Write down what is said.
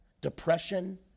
depression